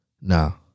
Now